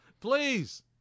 please